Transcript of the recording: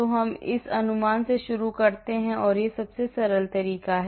तो हम इस अनुमान से शुरू करते हैं यह सबसे सरल तरीका है